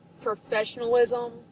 professionalism